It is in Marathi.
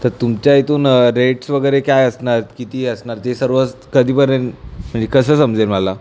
तर तुमच्या इथून रेट्स वगैरे काय असणार किती असणार ते सर्व स् कधीपर्यंत म्हणजे कसं समजेल मला